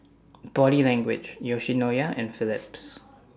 Body Language Yoshinoya and Phillips